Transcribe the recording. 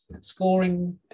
scoring